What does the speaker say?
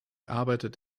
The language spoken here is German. arbeitet